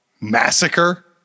massacre